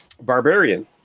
Barbarian